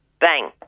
bang